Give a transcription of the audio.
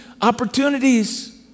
opportunities